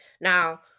Now